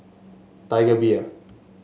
Tiger Beer